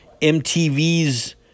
MTV's